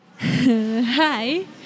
Hi